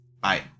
Bye